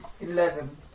Eleven